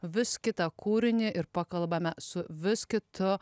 vis kitą kūrinį ir pakalbame su vis kitu